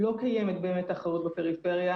לא קיימת באמת תחרות בפריפריה,